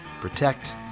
protect